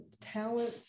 talent